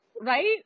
right